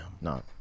No